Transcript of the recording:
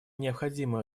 необходимое